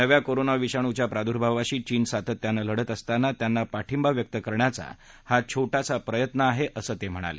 नव्या कोरोना विषाणूच्या प्रादुर्भावाशी चीन सातत्यानं लढत असताना त्यांना पाठिंबा व्यक्त करण्याचा हा छो प्रयत्न आहे असं ते म्हणाले